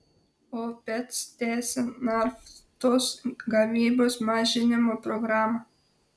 opec tęsia naftos gavybos mažinimo programą